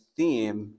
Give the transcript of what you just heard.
theme